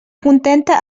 contenta